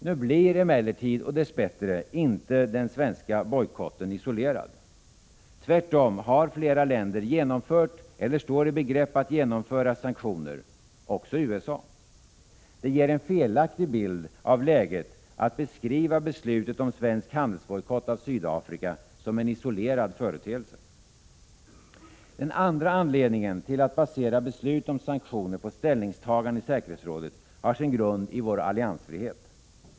Nu blir emellertid dess bättre den svenska bojkotten inte isolerad. Tvärtom har flera länder genomfört eller står i begrepp att genomföra sanktioner, också USA. Det ger en felaktig bild av läget att beskriva beslutet om svensk handelsbojkott av Sydafrika som en isolerad företeelse. Den andra anledningen till att basera beslut om sanktioner på ställningsta gande i säkerhetsrådet har samband med vår alliansfrihet.